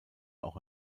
auch